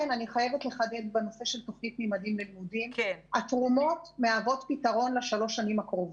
לחדד שהתרומות מהוות פתרון ל-3 השנים הקרובות.